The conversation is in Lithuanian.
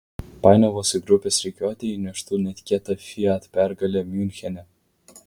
painiavos į grupės rikiuotę įneštų netikėta fiat pergalė miunchene